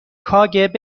کاگب